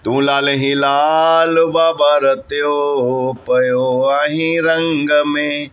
तूं लाल ई लाल बाबा रत्यो पियो आहीं रंग में